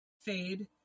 fade